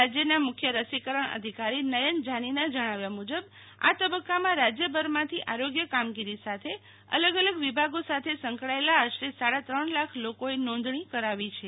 રાજ્યના મુખય રસીકરણ અધિકારી નયન જાનીના જણાવ્યા મુજબ આ તબક્કામાં રાજ્યભરમાંથી આરોગ્ય કામગીરી સાથે અલગ અલગ વિભાગો સાથે સંકળાયેલા આશરે સાડા ત્રણ લાખ લોકોએ નોંધણી કરાવી છે